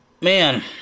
man